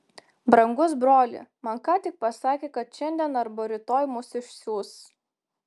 brangus broli man ką tik pasakė kad šiandien arba rytoj mus išsiųs